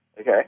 Okay